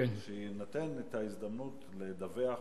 שתינתן ההזדמנות לדווח